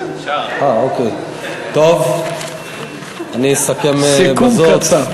טוב, אני אסכם בזאת.